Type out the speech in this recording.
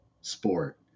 sport